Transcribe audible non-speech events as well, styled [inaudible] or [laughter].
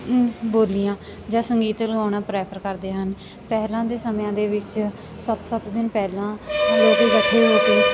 ਬੋਲੀਆਂ ਜਾਂ ਸੰਗੀਤ ਲਗਾਉਣਾ ਪ੍ਰੈਫਰ ਕਰਦੇ ਹਨ ਪਹਿਲਾਂ ਦੇ ਸਮਿਆਂ ਦੇ ਵਿੱਚ ਸੱਤ ਸੱਤ ਦਿਨ ਪਹਿਲਾਂ [unintelligible] ਇਕੱਠੇ ਹੋ ਕੇ